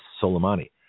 Soleimani